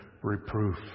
reproof